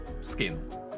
skin